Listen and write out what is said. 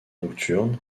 nocturnes